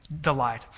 delight